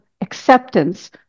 acceptance